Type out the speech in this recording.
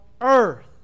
earth